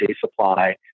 supply